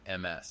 MS